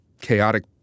chaotic